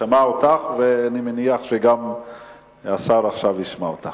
הוא שמע אותך, ואני מניח שגם השר עכשיו ישמע אותך.